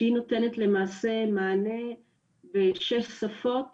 שהיא נותנת למעשה מענה בשש שפות